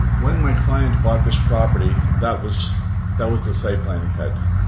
when my client bought this property, that was that was the site plan he had,